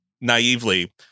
naively